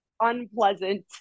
unpleasant